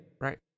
Right